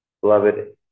Beloved